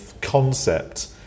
concept